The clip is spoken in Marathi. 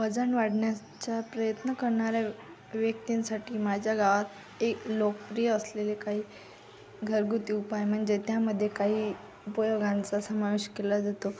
वजन वाढण्याचा प्रयत्न करणाऱ्या व्यक्तींसाठी माझ्या गावात एक लोकप्रिय असलेले काही घरगुती उपाय म्हणजे त्यामध्ये काही उपयोगांचा समावेश केला जातो